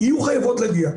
יהיו חייבות להגיע.